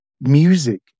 music